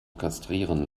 kastrieren